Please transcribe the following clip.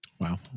Wow